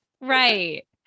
Right